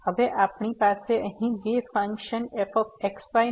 હવે આપણી પાસે અહીં બે ફંક્શન fx y નો gx y માં ગુણોતર છે